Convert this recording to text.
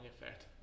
effect